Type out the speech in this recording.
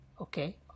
okay